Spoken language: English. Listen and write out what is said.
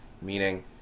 Meaning